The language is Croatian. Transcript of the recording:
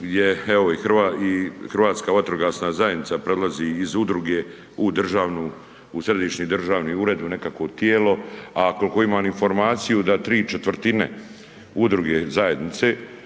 je evo i Hrvatska vatrogasna zajednica prelazi iz udruge u državnu u središnji državni ured u nekakvo tijelo, a koliko imam informaciju da 3/4 udruge zajednice